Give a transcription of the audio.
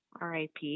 RIP